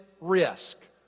risk